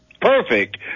perfect